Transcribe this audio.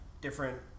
different